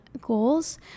goals